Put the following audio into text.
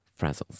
Frazzles